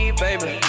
baby